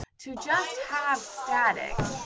to just have static.